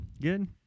good